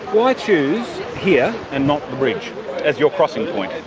why choose here and not the bridge as your crossing point?